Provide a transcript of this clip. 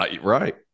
Right